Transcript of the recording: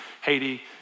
Haiti